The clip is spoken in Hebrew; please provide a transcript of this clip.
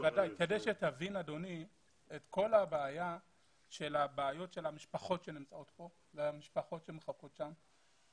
כדי שתבין את כל בעיות המשפחות שנמצאות כאן המשפחות שמחכות שם.